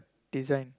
design